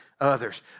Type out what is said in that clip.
others